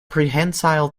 prehensile